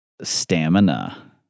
Stamina